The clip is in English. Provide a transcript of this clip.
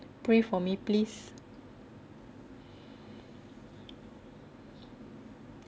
pray for me please